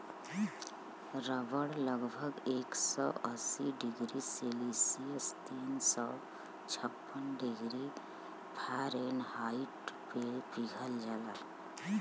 रबड़ लगभग एक सौ अस्सी डिग्री सेल्सियस तीन सौ छप्पन डिग्री फारेनहाइट पे पिघल जाला